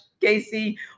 Casey